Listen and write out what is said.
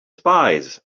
spies